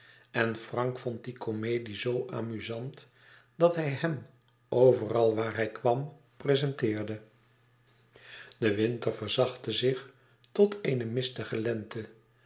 en frank vond die comedie zoo amusant dat hij hem overal waar hij kwam presenteerde de winter verzachtte zich tot eene mistige lente